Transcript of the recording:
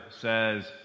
says